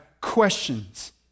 questions